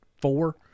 four